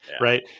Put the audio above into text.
Right